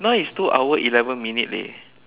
now is two hour eleven minute leh